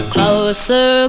Closer